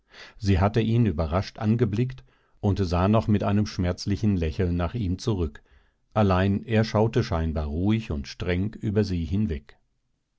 sie hatte ihn überrascht angeblickt und sah noch mit einem schmerzlichen lächeln nach ihm zurück allein er schaute scheinbar ruhig und streng über sie hinweg